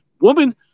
woman